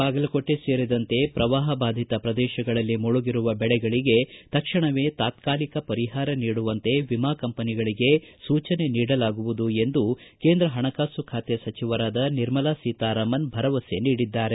ಬಾಗಲಕೋಟೆ ಸೇರಿದಂತೆ ಪ್ರವಾಪ ಬಾಧಿತಪ್ರದೇಶಗಳಲ್ಲಿ ಮುಳುಗಿರುವ ಬೆಳೆಗೆ ತಕ್ಷಣವೇ ತಾತಾಲಿಕ ಪರಿಹಾರವನ್ನು ನೀಡುವಂತೆ ವಿಮಾ ಕಂಪನಿಗಳಿಗೆ ಸೂಚನೆ ನೀಡಲಾಗುವುದು ಎಂದು ಕೇಂದ್ರ ಹಣಕಾಸು ಖಾತೆ ಸಚಿವರಾದ ನಿರ್ಮಲಾ ಸೀತಾರಾಮನ್ ಭರವಸೆ ನೀಡಿದ್ದಾರೆ